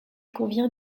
convient